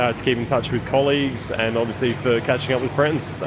ah to keep in touch with colleagues, and obviously for catching up with friends,